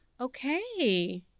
Okay